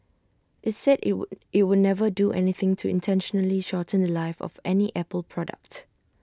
IT said IT would IT would never do anything to intentionally shorten The Life of any apple product